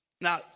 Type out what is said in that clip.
Now